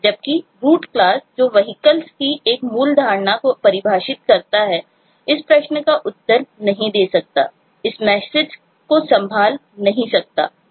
जबकि root class जो Vehicles की एक मूल अवधारणा को परिभाषित करता है इस प्रश्न का उत्तर नहीं दे सकता हैं और इस मैसेज को संभाल नहीं सकता हैं